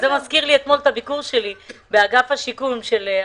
זו מציאות שאי אפשר להסכים איתה.